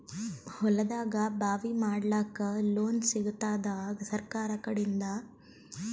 ಹೊಲದಾಗಬಾವಿ ಮಾಡಲಾಕ ಲೋನ್ ಸಿಗತ್ತಾದ ಸರ್ಕಾರಕಡಿಂದ?